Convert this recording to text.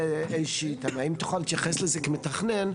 אם תוכל להתייחס לזה כמתכנן,